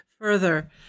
further